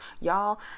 Y'all